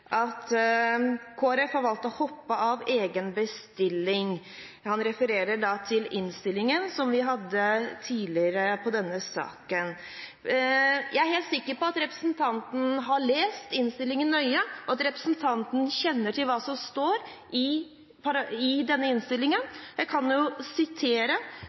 Kristelig Folkeparti har valgt «å hoppe av sin egen bestilling». Han refererer da til innstillingen som vi tidligere hadde om denne saken. Jeg er helt sikker på at representanten har lest innstillingen nøye, og at representanten kjenner til hva som står i denne innstillingen. Jeg kan jo sitere: